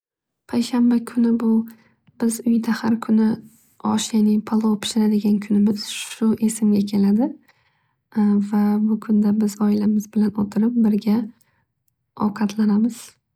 Payshanba kuni bu biz uyda har kuni osh yani palov pishiradigan kunimiz shu esimga keladi. Va bu kunda biz oilamiz bilan o'tirib birga ovqatlanamiz.